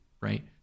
right